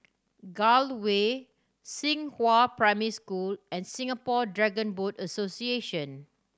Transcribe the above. Gul Way Xinghua Primary School and Singapore Dragon Boat Association